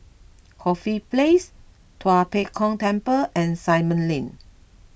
Corfe Place Tua Pek Kong Temple and Simon Lane